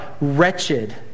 wretched